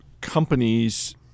companies